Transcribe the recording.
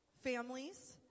Families